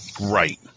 Right